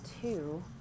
two